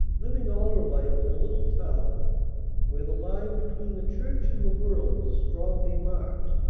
living all her life in a little town where the line between the church and the world was strongly marked,